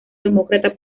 demócrata